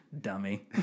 dummy